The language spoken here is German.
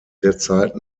derzeit